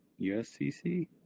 USCC